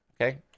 okay